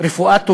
רפואה טובה,